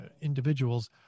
individuals